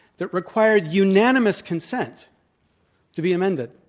that required unanimous consent to be amended.